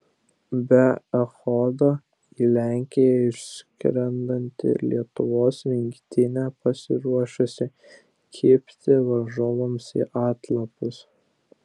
be echodo į lenkiją išskrendanti lietuvos rinktinė pasiruošusi kibti varžovams į atlapus